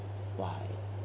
!wah!